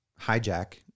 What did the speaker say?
hijack